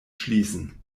schließen